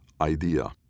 idea